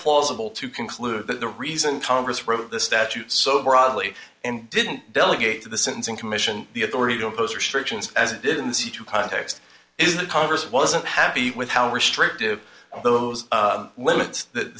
plausible to conclude that the reason congress wrote the statute so broadly and didn't delegate to the sentencing commission the authority to impose restrictions as didn't see to context is that congress wasn't happy with how restrictive those limits th